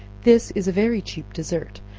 this is a very cheap dessert,